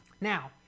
Now